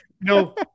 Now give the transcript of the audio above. No